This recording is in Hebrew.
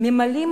ממלאים